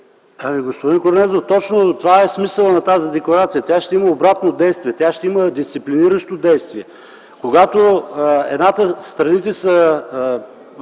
Господин Корнезов, точно това е смисълът на тази декларация. Тя ще има обратно действие, тя ще има дисциплиниращо действие. Когато страните са